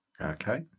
Okay